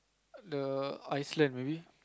the Iceland maybe